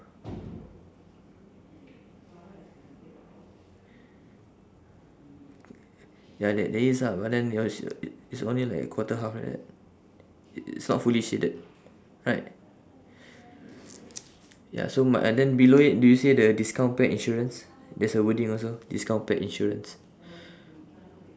ya there there is ah but then it it's only like quarter half like that it's not fully shaded right ya so my eh then below it do you see the discount pet insurance there's a wording also discount pet insurance